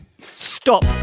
Stop